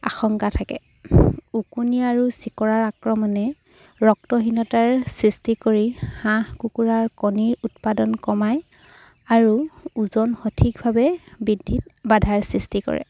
আশংকা থাকে ওকণি আৰু চিকৰাৰ আক্ৰমণে ৰক্তহীনতাৰ সৃষ্টি কৰি হাঁহ কুকুৰাৰ কণীৰ উৎপাদন কমায় আৰু ওজন সঠিকভাৱে বৃদ্ধিত বাধাৰ সৃষ্টি কৰে